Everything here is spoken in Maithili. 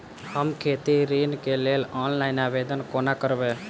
हम खेती ऋण केँ लेल ऑनलाइन आवेदन कोना करबै?